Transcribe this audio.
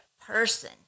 person